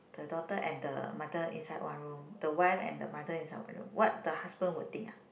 the daughter and the mother inside one room the wife and the mother inside one room what the husband will think uh